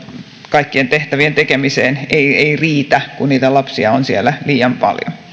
kaikkien tehtävien tekemiseen ei ei riitä kun niitä lapsia on siellä liian paljon